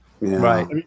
right